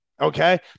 okay